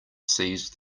seized